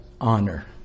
honor